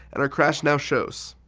and our crash now shows.